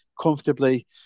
comfortably